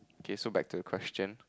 okay so back to the question